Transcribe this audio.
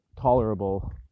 tolerable